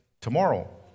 tomorrow